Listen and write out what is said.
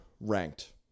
ranked